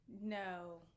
No